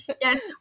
Yes